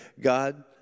God